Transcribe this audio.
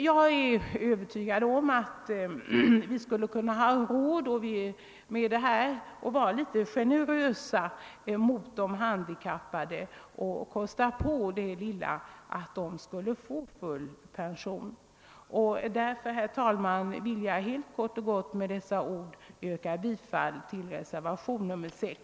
Jag är övertygad om att vi har råd att vara litet generösa mot de handikappade och kosta på oss att de redan nu får full pension. Därför vill jag, herr talman, med dessa få ord yrka bifall till reservationen 6.